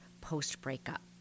post-breakup